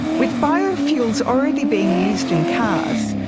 with biofuels already being used in cars,